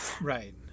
Right